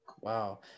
Wow